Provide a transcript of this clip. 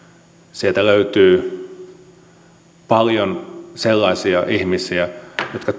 sieltä löytyy paljon sellaisia ihmisiä jotka